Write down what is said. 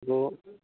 hello